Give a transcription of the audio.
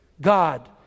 God